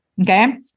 Okay